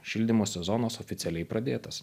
šildymo sezonas oficialiai pradėtas